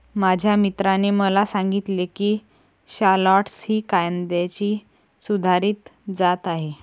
माझ्या मित्राने मला सांगितले की शालॉट्स ही कांद्याची सुधारित जात आहे